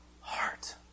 heart